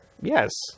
Yes